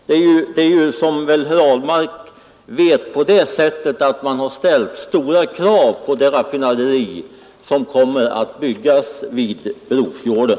Som herr Ahlmark vet har man ställt stora krav på det raffinaderi som kommer att byggas vid Brofjorden.